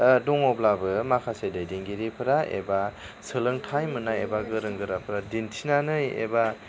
दङब्लाबो माखासे दैदेनगिरिफोरा एबा सोलोंथाइ मोननाय एबा गोरों गोराफोरा दिन्थिनानै एबा